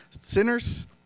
sinners